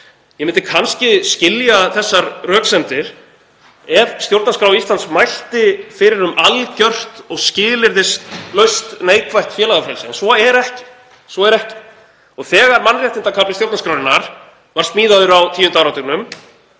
Ég myndi kannski skilja þessar röksemdir ef stjórnarskrá Íslands mælti fyrir um algjört og skilyrðislaust neikvætt félagafrelsi. En svo er ekki. Þegar mannréttindakafli stjórnarskrárinnar var smíðaður á tíunda áratugnum